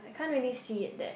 can't really see at that